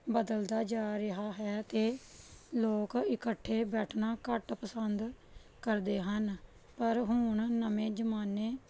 ਬਦਲਦਾ ਜਾ ਰਿਹਾ ਹੈ ਅਤੇ ਲੋਕ ਇਕੱਠੇ ਬੈਠਣਾ ਘੱਟ ਪਸੰਦ ਕਰਦੇ ਹਨ ਪਰ ਹੁਣ ਨਵੇਂ ਜ਼ਮਾਨੇ